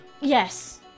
Yes